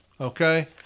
okay